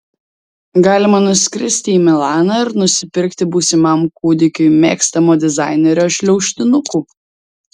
galima nuskristi į milaną ir nusipirkti būsimam kūdikiui mėgstamo dizainerio šliaužtinukų